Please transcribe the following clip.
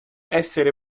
essere